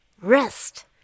rest